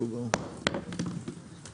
הישיבה ננעלה בשעה 10:22.